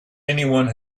anyone